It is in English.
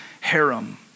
harem